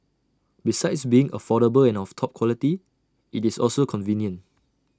besides being affordable and of top quality IT is also convenient